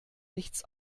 nichts